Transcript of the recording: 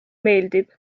meeldib